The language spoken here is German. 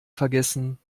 vergessen